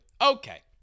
Okay